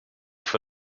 for